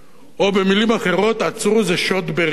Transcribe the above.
או, במלים אחרות, תעצרו, זה שוד ברשיון.